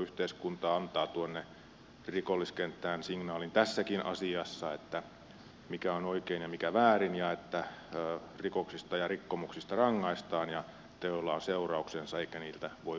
yhteiskunta antaa tuonne rikolliskenttään tässäkin asiassa signaalin mikä on oikein ja mikä väärin ja että rikoksista ja rikkomuksista rangaistaan ja teoilla on seurauksensa eikä niiltä voi välttyä